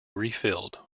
refilled